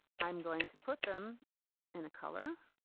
i'm going to put them in a color,